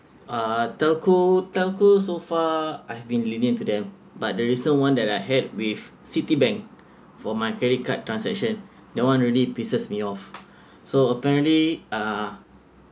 uh telco telco so far I've been lenient to them but the recent one that I had with citibank for my credit card transaction that one really pisses me off so apparently uh